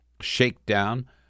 shakedown